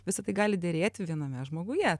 visa tai gali derėti viename žmoguje